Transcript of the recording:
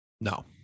No